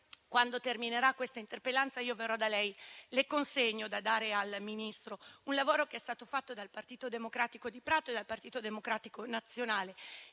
quando terminerà questa interpellanza, verrò da lei a consegnarle un lavoro che è stato fatto dal Partito Democratico di Prato e dal Partito Democratico nazionale,